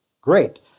great